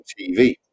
TV